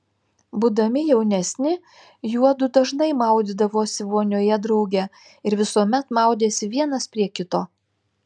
būdami jaunesni juodu dažnai maudydavosi vonioje drauge ir visuomet maudėsi vienas prie kito